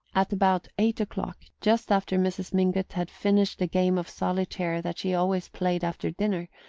at about eight o'clock, just after mrs. mingott had finished the game of solitaire that she always played after dinner,